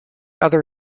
other